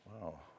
wow